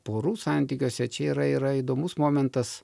porų santykiuose čia yra yra įdomus momentas